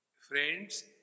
Friends